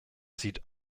sieht